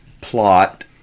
plot